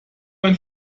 ein